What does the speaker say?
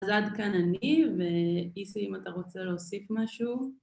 אז עד כאן אני, ואיזי אם אתה רוצה להוסיף משהו.